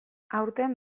aurten